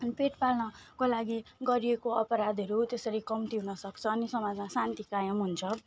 अनि पेट पाल्नको लागि गरिएको अपराधहरू त्यसरी कम्ती हुन सक्छ अनि समाजमा शान्ति कायम हुन्छ